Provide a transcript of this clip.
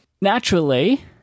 Naturally